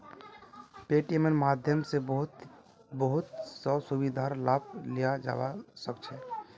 पेटीएमेर माध्यम स बहुत स सुविधार लाभ लियाल जाबा सख छ